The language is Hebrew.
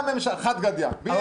חד גדיא, בדיוק.